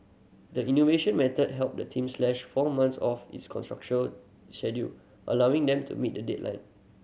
the innovation method helped the team slash four months off its constructure schedule allowing them to meet the deadline